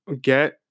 get